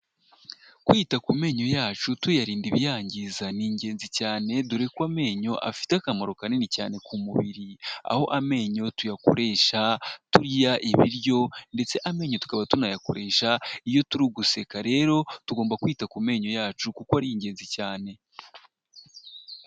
Kwita ku menyo yacu tuyarinda ibiyangiza ni ingenzi cyane dore ko amenyo afite akamaro kanini cyane ku mubiri aho amenyo tuyakoresha turya ibiryo ndetse amenyo tukaba tunayakoresha iyo turi uguseka rero tugomba kwita ku menyo yacu kuko ari ingenzi cyane.